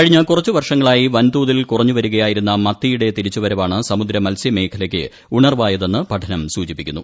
കഴിഞ്ഞ കുറച്ചു വർഷങ്ങളായി വൻ തോതിൽ കുറഞ്ഞുവരികയായിരുന്ന മത്തിയുടെ തിരിച്ചുവരവാണ് സമുദ്ര മത്സ്യമേഖലയ്ക്ക് ഉണർവായതെന്ന് പഠനം സൂചിപ്പിക്കുന്നു